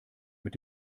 mit